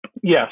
Yes